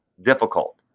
difficult